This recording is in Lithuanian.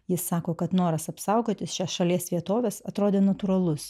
jis sako kad noras apsaugoti šias šalies vietoves atrodė natūralus